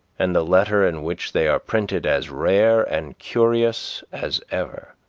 and the letter in which they are printed as rare and curious, as ever.